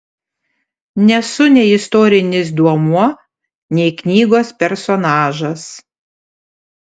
nesu nei istorinis duomuo nei knygos personažas